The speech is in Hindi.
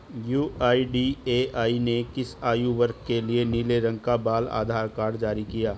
यू.आई.डी.ए.आई ने किस आयु वर्ग के लिए नीले रंग का बाल आधार कार्ड जारी किया है?